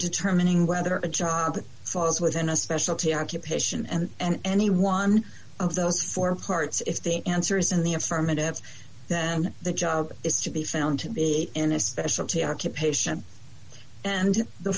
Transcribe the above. determining whether a job falls within a specialty occupation and he one of those four parts if the answer is in the affirmative then the job is to be found to be in a specialty occupation and the